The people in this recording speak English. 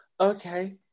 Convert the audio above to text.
Okay